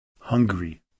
Hungary